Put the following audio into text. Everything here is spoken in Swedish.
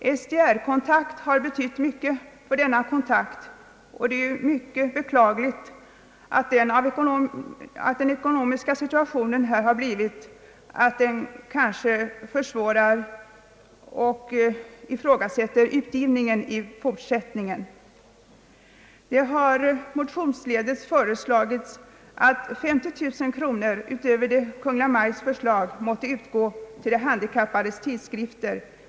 Tidskriften SDR-kontakt har betytt mycket härvidlag, och det är i hög grad beklagligt att de ekonomiska svårigheterna blivit så stora att dess fortsatta utgivning nu är ifrågasatt. Det har motionsledes föreslagits att utöver vad Kungl. Maj:t föreslagit 50 000 kronor måtte utgå till de handikappades tidskrifter.